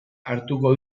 hartuko